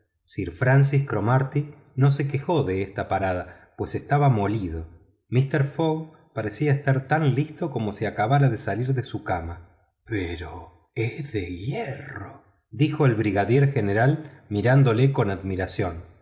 sir francis cromarty no se quejó de esta parada pues estaba molido mister fogg parecía estar tan fresco como si acabara de salir de su cama pero es de hierro respondió picaporte que se ocupaba en